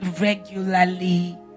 regularly